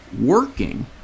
working